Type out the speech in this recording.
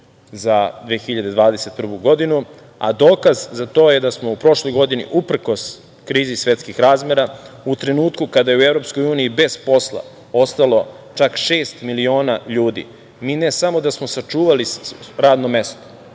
za 2021. godinu, a dokaz za to je da smo u prošloj godini uprkos krizi svetskih razmera, u trenutku kada je u EU bez posla ostalo čak šest miliona ljudi. Mi ne samo da smo sačuvali svako radno mesto,